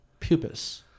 pupus